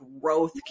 growth